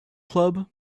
club